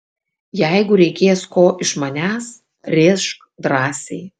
jeigu reikės ko iš manęs rėžk drąsiai